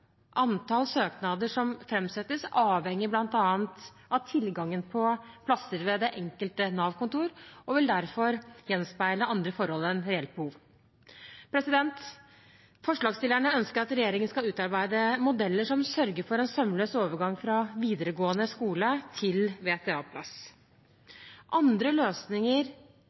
Antall søknader som framsettes, avhenger bl.a. av tilgangen på plasser ved det enkelte Nav-kontor, og vil derfor gjenspeile andre forhold enn reelt behov. Forslagsstillerne ønsker at regjeringen skal utarbeide modeller som sørger for en sømløs overgang fra videregående skole til VTA-plass. Andre løsninger